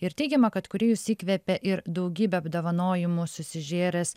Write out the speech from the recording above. ir teigiama kad kūrėjus įkvėpė ir daugybę apdovanojimų susižėręs